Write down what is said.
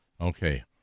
Okay